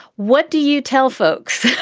what do you tell folks?